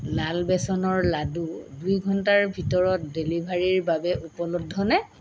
লাল বেচনৰ লাড়ু দুই ঘণ্টাৰ ভিতৰত ডেলিভাৰীৰ বাবে উপলব্ধ নে